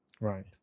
right